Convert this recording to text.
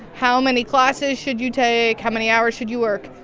how many classes should you take? how many hours should you work?